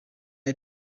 are